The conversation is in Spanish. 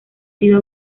sido